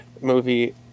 movie